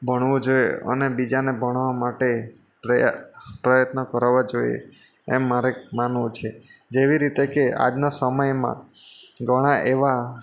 ભણવું જોઈએ અને બીજાને ભણવાં માટે પ્રયા પ્રયત્ન કરવા જોઈએ એમ મારે માનવું છે જેવી રીતે કે આજના સમયમાં ઘણાં એવાં